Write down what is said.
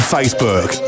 Facebook